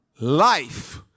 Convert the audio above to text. life